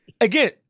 again